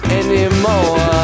anymore